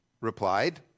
replied